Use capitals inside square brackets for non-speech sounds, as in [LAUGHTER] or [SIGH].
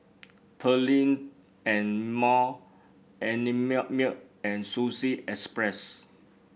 Perllini and Mel and [UNINTELLIGIBLE] milk and Sushi Express